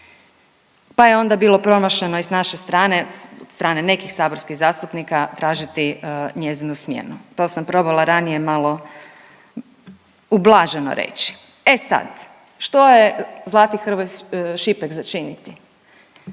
Pa je onda bilo promašeno i s naše strane, od strane nekih saborskih zastupnika tražiti njezinu smjenu. To sam probala ranije malo ublaženo reći. E sad, što je Zlati Hrvoj Šipek za činiti,